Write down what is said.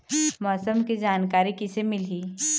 मौसम के जानकारी किसे मिलही?